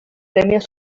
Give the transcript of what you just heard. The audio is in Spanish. premios